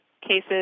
cases